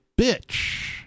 bitch